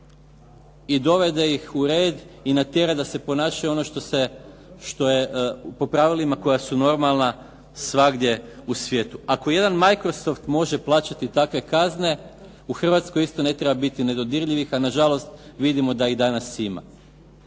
i dovede ih u red i natjera da se ponašaju ono što je po pravilima koja su normalna svagdje u svijetu. Ako jedan Microsoft može plaćati takve kazne, u Hrvatskoj isto ne treba biti nedodirljivih, a na žalost vidimo da ih danas ima.